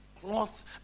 cloths